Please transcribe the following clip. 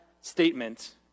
statement